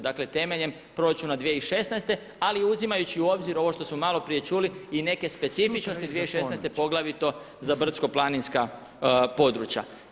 Dakle temeljem proračuna 2016., ali uzimajući u obzir ovo što smo malo prije čuli i neke specifičnosti 2016. poglavito za brdsko-planinska područja.